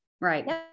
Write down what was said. Right